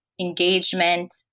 engagement